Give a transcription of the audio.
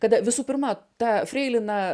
kada visų pirma ta freilina